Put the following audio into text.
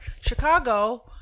Chicago